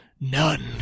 none